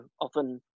often